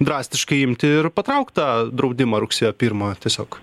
drastiškai imti ir patraukt tą draudimą rugsėjo pirmą tiesiog